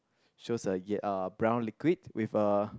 shows a ye~ uh brown liquid with a